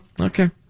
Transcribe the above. okay